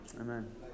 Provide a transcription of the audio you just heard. Amen